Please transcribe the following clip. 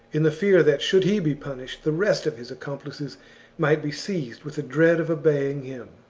in the fear that, should he be punished, the rest of his accomplices might be seized with a dread of obeying him.